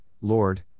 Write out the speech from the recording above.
Lord